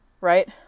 right